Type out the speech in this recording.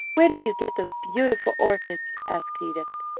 where did you get those beautiful orchids? asked edith.